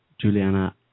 Juliana